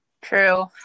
true